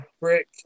Brick